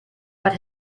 but